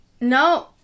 no